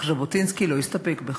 אך ז'בוטינסקי לא הסתפק בכך.